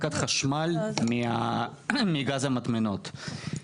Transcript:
הפקת חשמל מגז המטמנות.